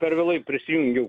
per vėlai prisijungiau